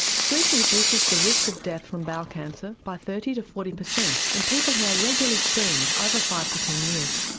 screening reduces the risk of death from bowel cancer by thirty to forty percent in people who are regularly screened over five to ten years.